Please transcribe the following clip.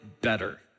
better